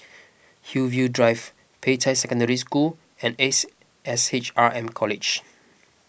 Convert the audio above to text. Hillview Drive Peicai Secondary School and Ace S H R M College